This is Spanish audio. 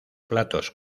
platos